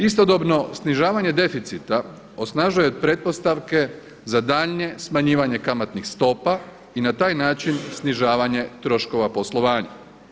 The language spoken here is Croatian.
Istodobno snižavanje deficita osnažuje pretpostavke za daljnje smanjivanje kamatnih stopa i na taj način snižavanje troškova poslovanja.